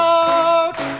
out